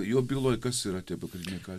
jo byloj kas yra tie pagrindiniai